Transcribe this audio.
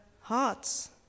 hearts